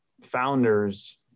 founders